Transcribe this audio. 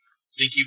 stinky